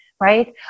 right